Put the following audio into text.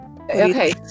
Okay